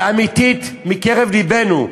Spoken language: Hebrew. ואמיתית, מקרב לבנו.